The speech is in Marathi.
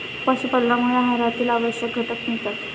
पशुपालनामुळे आहारातील आवश्यक घटक मिळतात